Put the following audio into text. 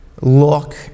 look